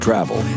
Travel